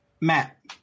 Matt